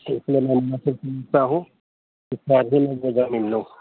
ایک نمبر میں تو سا ہو اس بار بھی میں جگہ ملو